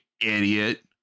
idiot